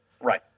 Right